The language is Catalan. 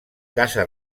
casa